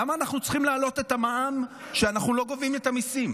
למה אנחנו צריכים להעלות את המע"מ כשאנחנו לא גובים את המיסים?